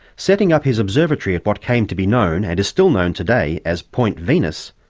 setting up his observatory at what came to be known and is still known today as point venus,